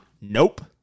Nope